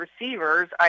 receivers